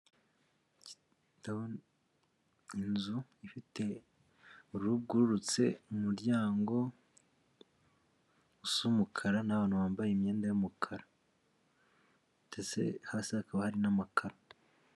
Ndabona inzu ifite urugurutse mu muryango w'umukara n'abantu bambaye imyenda y'umukara, ndetse hasi hakaba hari n'amakaro.